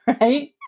right